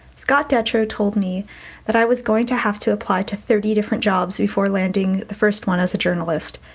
scott detrow told me that i was going to have to apply to thirty different jobs before landing the first one as a journalist.